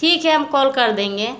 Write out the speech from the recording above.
ठीक है हम कॉल कर देंगे